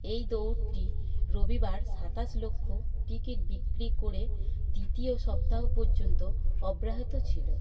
এই দৌড়টি রবিবার সাতাশ লক্ষ টিকিট বিক্রি করে তৃতীয় সপ্তাহ পর্যন্ত অব্যাহত ছিলো